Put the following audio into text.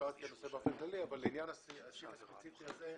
לעניין הספציפי הזה,